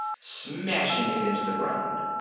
smashing it into the ground.